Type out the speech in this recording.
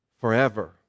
forever